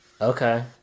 Okay